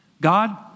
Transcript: God